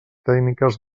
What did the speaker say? tècniques